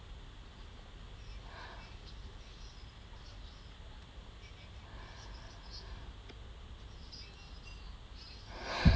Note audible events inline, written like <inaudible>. <breath>